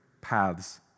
paths